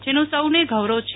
જેનું સૌને ગૌરવ છે